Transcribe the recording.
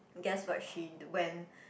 guess what she went